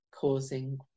causing